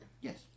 Yes